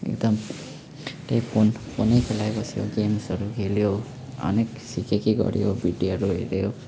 एकदम त्यही फोन फोनै खेलाइबस्यो गेम्सहरू खेल्यो अनेक किसिम के के गऱ्यो भिडियोहरू हेऱ्यो